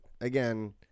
again